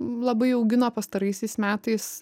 labai augino pastaraisiais metais